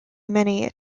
many